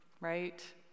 right